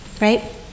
right